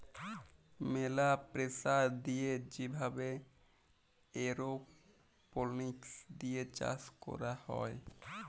ম্যালা প্রেসার দিয়ে যে ভাবে এরওপনিক্স দিয়ে চাষ ক্যরা হ্যয়